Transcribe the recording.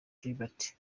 gilbert